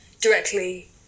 directly